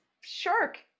shark